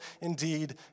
indeed